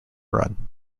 run